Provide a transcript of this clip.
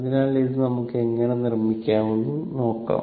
അതിനാൽ ഇത് എങ്ങനെ നിർമ്മിക്കാമെന്ന് നമുക്ക് നോക്കാം